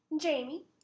Jamie